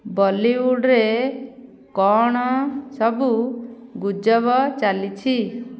Bollywood ରେ କଣ ସବୁ ଗୁଜବ ଚାଲିଛି